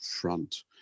front